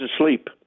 asleep